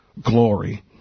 glory